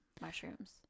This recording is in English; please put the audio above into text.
mushrooms